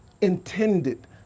intended